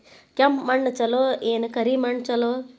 ಕೆಂಪ ಮಣ್ಣ ಛಲೋ ಏನ್ ಕರಿ ಮಣ್ಣ ಛಲೋ?